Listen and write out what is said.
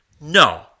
No